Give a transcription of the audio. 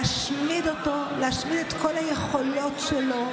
להשמיד אותו, להשמיד את כל היכולות שלו,